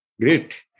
Great